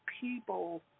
people